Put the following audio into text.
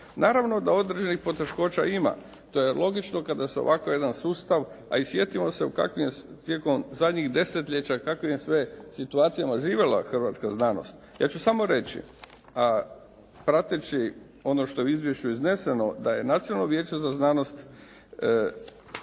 Naravno da određenih poteškoća ima. To je logično kada se ovakav jedan sustav a i sjetimo se u kakvim je sve tijekom zadnjih desetljeća situacijama živjela hrvatska znanost. Ja ću samo reći a prateći ono što je izvješću izneseno da je Nacionalno vijeće za znanost